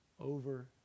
over